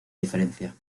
diferencia